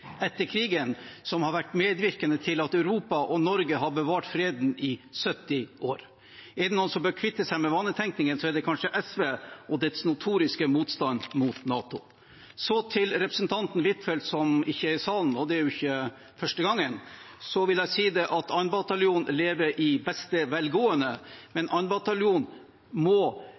etter krigen, og som har vært medvirkende til at Europa og Norge har bevart freden i 70 år. Er det noen som bør kvitte seg med vanetenkningen, er det kanskje SV og dets notoriske motstand mot NATO. Til representanten Huitfeldt, som ikke er i salen – og det er ikke første gangen – vil jeg si at 2. bataljon lever i beste velgående, men 2. bataljon må